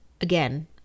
Again